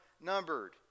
numbered